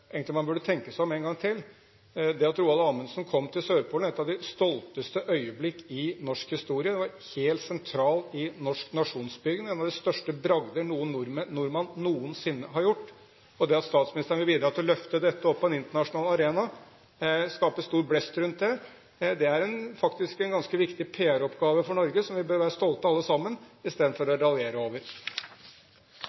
At Roald Amundsen kom til Sørpolen, er ett av de stolteste øyeblikk i norsk historie. Det var helt sentralt i norsk nasjonsbygging. Det er en av de største bragder en nordmann noen sinne har gjort. At statsministeren vil bidra til å løfte dette opp på den internasjonale arena, skape stor blest rundt det, er faktisk en ganske viktig PR-oppgave for Norge som vi bør være stolte av alle sammen, istedenfor å